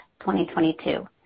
2022